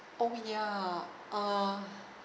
oh ya uh